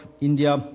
India